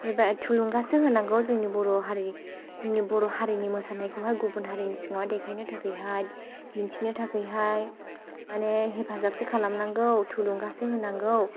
बे बाइ थुलुंगासो होनांगौ जोंनि बर' हारि जोंनि बर' हारिनि मोसानायखौहाय गुबुन हारिनि सिगाङाव देखायनो थाखायहाय दिन्थिनो थाखायहाय माने हेफाजाबसो खालाम नांगौ थुलुंगासो होनांगौ